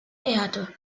erde